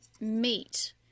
meet